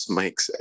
makes